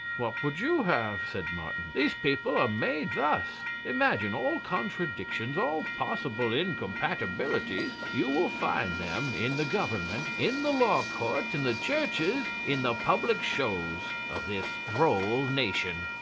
what would you have? said martin these people are made thus. imagine all contradictions, all possible incompatibilities you will find them in the government, in the law-courts, in the churches, in the public shows of this droll nation.